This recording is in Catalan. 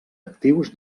actius